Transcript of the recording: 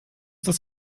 das